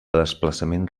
desplaçament